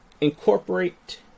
incorporate